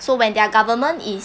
so when their government is